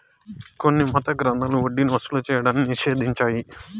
కొన్ని మత గ్రంథాలు వడ్డీని వసూలు చేయడాన్ని నిషేధించాయి